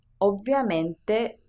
ovviamente